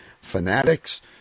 fanatics